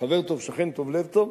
חבר טוב, שכן טוב, לב טוב,